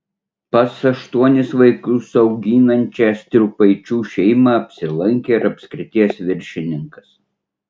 pas aštuonis vaikus auginančią striupaičių šeimą apsilankė ir apskrities viršininkas